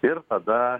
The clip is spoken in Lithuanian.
ir tada